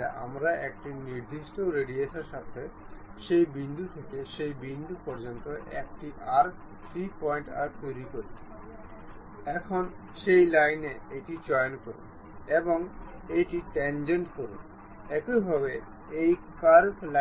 reference 2 এবং আইটেমটি কেন্দ্রীভূত হতে পারে আমাদের এখানে আছে এখানেও একইভাবে আছে